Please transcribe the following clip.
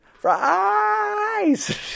Fries